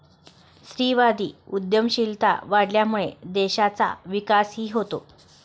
स्त्रीवादी उद्यमशीलता वाढल्यामुळे देशाचा विकासही होतो